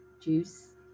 juice